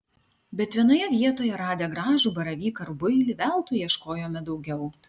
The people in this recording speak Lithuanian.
bet vienoje vietoje radę gražų baravyką rubuilį veltui ieškojome daugiau